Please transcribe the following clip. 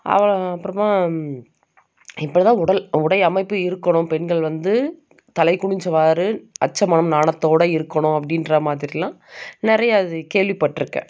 அப்புறமா இப்படி தான் உடல் உடை அமைப்பு இருக்கணும் பெண்கள் வந்து தலை குனிஞ்சவார் அச்சம் மடம் நாணத்தோடு இருக்கணும் அப்படின்ற மாதிரியெலாம் நிறையா இது கேள்விபட்டிருக்கேன்